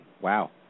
Wow